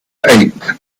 eight